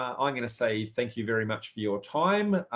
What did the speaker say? um going to say thank you very much for your time.